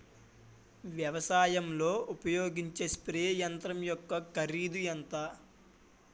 వ్యవసాయం లో ఉపయోగించే స్ప్రే యంత్రం యెక్క కరిదు ఎంత?